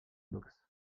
boxe